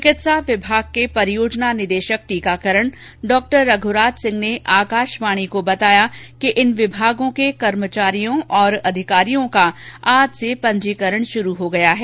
चिकित्सा विभाग के परियोजना निदेशक टीकाकरण डॉ रघुराज सिंह ने आकाशवाणी को बताया कि इन विभागों के कर्मचारियों और अधिकारियों का आज से पंजीकरण शुरू हो गया है